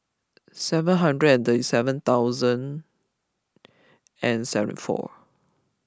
seven hundred and thirty seven thousand and seven four